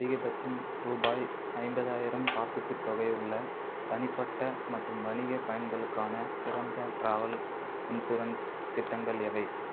அதிகபட்சம் ரூபாய் ஐம்பதாயிரம் காப்பீட்டுத் தொகை உள்ள தனிப்பட்ட மற்றும் வணிகப் பயணங்களுக்கான சிறந்த ட்ராவல் இன்சூரன்ஸ் திட்டங்கள் எவை